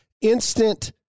instant